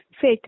fit